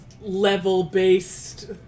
level-based